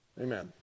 Amen